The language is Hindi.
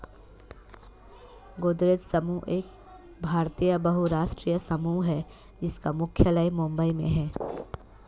गोदरेज समूह एक भारतीय बहुराष्ट्रीय समूह है जिसका मुख्यालय मुंबई में है